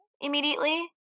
immediately